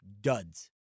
duds